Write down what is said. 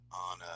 on